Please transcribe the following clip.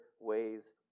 ways